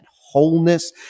wholeness